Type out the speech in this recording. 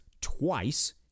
twice